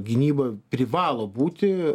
gynyba privalo būti